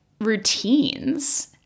routines